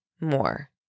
more